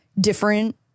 different